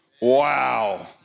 Wow